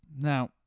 now